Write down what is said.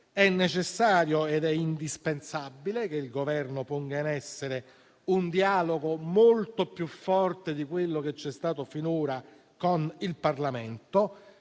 È necessario e indispensabile che il Governo ponga in essere un dialogo molto più forte di quello che c'è stato finora con il Parlamento,